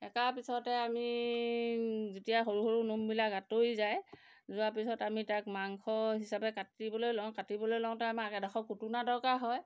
তাৰ পিছতে আমি যেতিয়া সৰু সৰু নোমবিলাক আঁতৰি যায় যোৱাৰ পিছত আমি তাক মাংস হিচাপে কাটিবলৈ লওঁ কাটিবলৈ লওঁতে আমাৰ এডোখৰ কুটুনা দৰকাৰ হয়